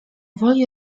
woli